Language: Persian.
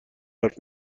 حرف